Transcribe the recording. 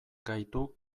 gaitu